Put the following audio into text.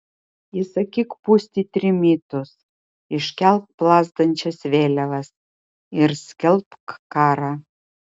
įsakyk pūsti trimitus iškelk plazdančias vėliavas ir skelbk karą